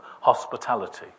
hospitality